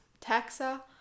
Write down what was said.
taxa